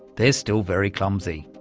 they're still very clumsy!